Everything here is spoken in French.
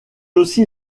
aussi